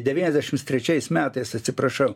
devyniasdešims trečiais metais atsiprašau